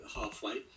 halfway